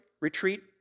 retreat